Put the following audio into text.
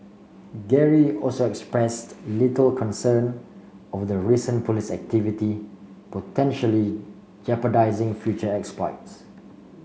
Gary also expressed little concern over the recent police activity potentially jeopardising future exploits